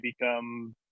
become